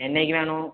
என்னைக்கு வேணும்